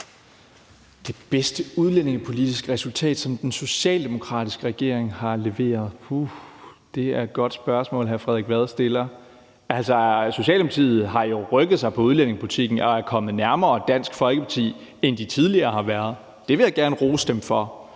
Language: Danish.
Det bedste udlændingepolitiske resultat, som den socialdemokratiske regering har leveret? Puh, det er et godt spørgsmål, hr. Frederik Vad stiller. Altså, Socialdemokratiet har jo rykket sig på udlændingepolitikken og er kommet nærmere Dansk Folkeparti, end de tidligere har været. Det vil jeg gerne rose dem for.